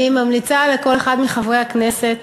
אני ממליצה לכל אחד מחברי הכנסת